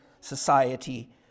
society